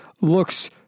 looks